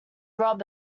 rob